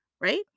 right